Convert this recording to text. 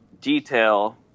detail